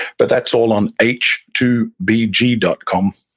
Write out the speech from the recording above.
but that's all on h two b g dot com,